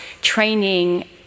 training